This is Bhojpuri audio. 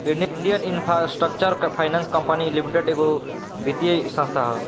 Indian infrastructure finance company limited एगो वित्तीय संस्था ह